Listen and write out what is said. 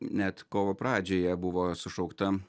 net kovo pradžioje buvo sušaukta